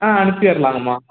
ஆ அனுப்பிடலாங்கம்மா